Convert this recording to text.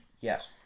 Yes